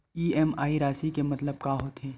EMI राशि के मतलब का होथे?